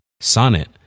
Sonnet